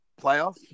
playoffs